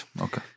okay